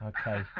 Okay